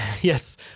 Yes